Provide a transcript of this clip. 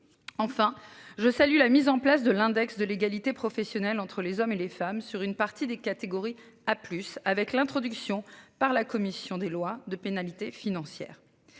Enfin je salue la mise en place de l'index de l'égalité professionnelle entre les hommes et les femmes sur une partie des catégories à plus avec l'introduction par la commission des lois de pénalités financières.